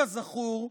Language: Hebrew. כזכור,